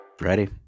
Ready